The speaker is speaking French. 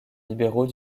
libéraux